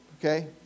okay